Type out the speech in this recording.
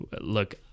look